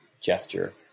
gesture